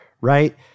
right